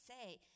say